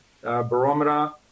barometer